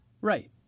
Right